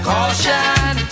Caution